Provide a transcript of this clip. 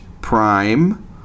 prime